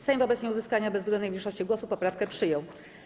Sejm wobec nieuzyskania bezwzględnej większości głosów poprawkę przyjął.